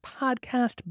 podcast